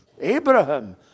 Abraham